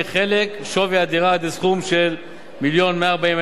מחלק שווי הדירה עד לסכום של 1.14 מיליון